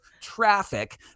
traffic